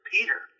Peter